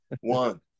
One